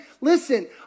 Listen